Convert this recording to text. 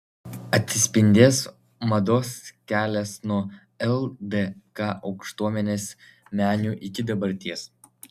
atsispindės mados kelias nuo ldk aukštuomenės menių iki dabarties